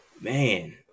Man